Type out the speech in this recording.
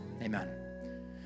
Amen